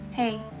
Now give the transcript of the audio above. Hey